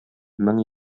мең